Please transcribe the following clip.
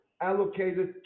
allocated